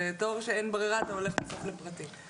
זה תור שאין ברירה, אתה הולך בסוף לפרטי.